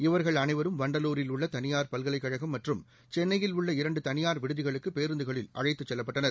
இவர்கள் அனைவரும் வண்டலூரில் உள்ள தனியார் பல்கலைக்கழகம் மற்றும் சென்னையில் உள்ள இரண்டு தனியார் விடுதிகளுக்கு பேருந்துகளில் அழைத்து செல்லப்பட்டனர்